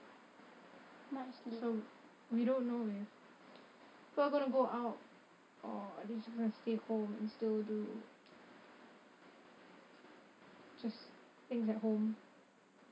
so we don't know if we're gonna go out or just gonna stay home and do just things at home